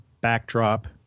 backdrop